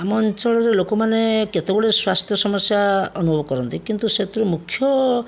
ଆମ ଅଞ୍ଚଳରେ ଲୋକମାନେ କେତେ ଗୁଡ଼ିଏ ସ୍ଵାସ୍ଥ୍ୟ ସମସ୍ୟା ଅନୁଭବ କରନ୍ତି କିନ୍ତୁ ସେଥିରୁ ମୁଖ୍ୟ